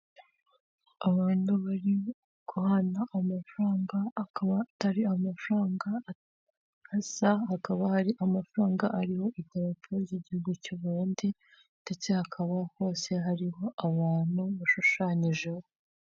Abantu bari guhana amafaranga, akaba atari amafaranga asa. Hakaba hari amafaranga ariho idarapo ry'igihugu cy'u Burundi ndetse hakaba hose hariho abantu bashushanyijeho.